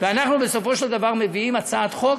ואנחנו בסופו של דבר מביאים הצעת חוק,